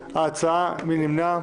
נמנעים,